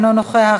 אינו נוכח,